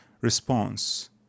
response